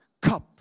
cup